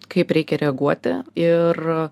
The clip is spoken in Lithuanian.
kaip reikia reaguoti ir